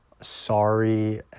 Sorry